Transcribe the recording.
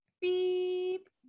Beep